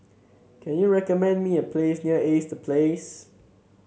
can you recommend me a place near A C E The Place